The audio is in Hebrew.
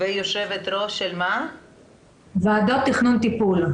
ויו"ר ועדות תכנון טיפול.